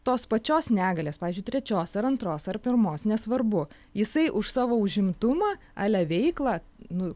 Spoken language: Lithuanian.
tos pačios negalios pavyzdžiui trečios ar antros ar pirmos nesvarbu jisai už savo užimtumą ale veiklą nu